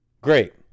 Great